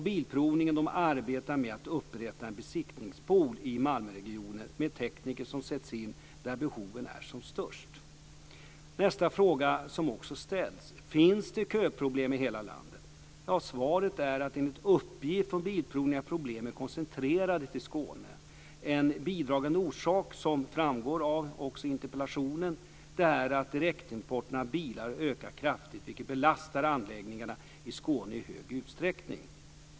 Bilprovningen arbetar med att upprätta en besiktningspool i Malmöregionen med tekniker som sätts in där behoven är som störst. Nästa fråga som också ställs är: Finns det köproblem i hela landet? Svaret är att problemen enligt uppgift från Bilprovningen är koncentrerade till Skåne. En bidragande orsak, som också framgår av interpellationen, är att direktimport av bilar har ökat kraftigt, vilket belastar anläggningarna i Skåne i stor utsträckning.